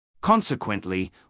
Consequently